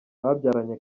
babyaranye